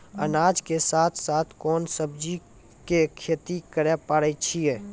अनाज के साथ साथ कोंन सब्जी के खेती करे पारे छियै?